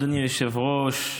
אדוני היושב-ראש,